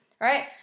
Right